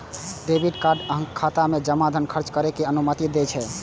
debit card अहांक खाता मे जमा धन खर्च करै के अनुमति दै छै